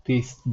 p ,